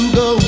go